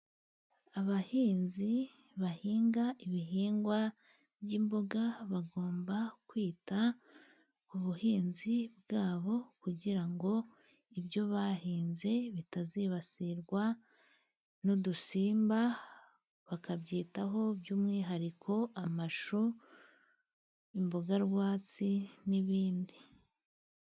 Abahinzi bahinga ibihingwa by'imboga, bagomba kwita ku buhinzi bwabo kugira ngo ibyo bahinze bitazibasirwa n'udusimba, bakabyitaho by'umwihariko amashu, imbogarwatsi, n'ibindi.